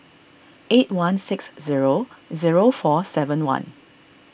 eight one six zero zero four seven one